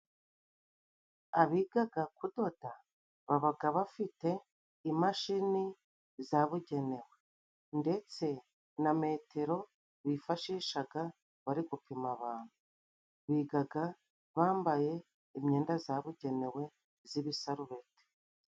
Abigaga kudoda babaga bafite imashini zabugenewe, ndetse na metero bifashishaga bari gupima abantu. Bigaga bambaye imyenda zabugenewe z'ibisarubeti.